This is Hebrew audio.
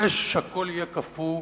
ולבקש שהכול יהיה קפוא,